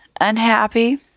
unhappy